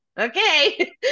okay